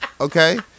Okay